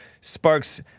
sparks